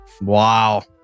Wow